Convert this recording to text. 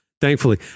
thankfully